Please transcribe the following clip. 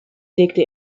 legte